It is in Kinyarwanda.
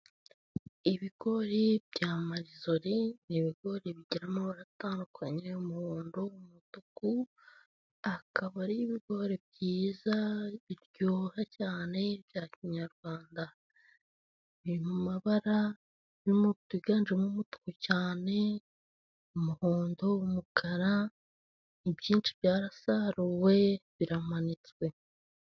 Ibigori bya mayizori ni ibigori bigira amabara atandukanye y'umuhondo n'umutuku, akaba ari ibigori byiza, biryoha cyane bya kinyarwanda, biri mu mabara byiganjemo umutuku cyane, umuhondo, umukara, ni byinshi byarasaruwe, biramanitswe.